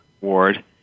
ward